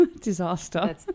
Disaster